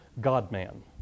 God-man